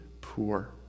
poor